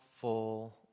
full